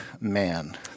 man